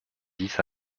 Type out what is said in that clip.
dix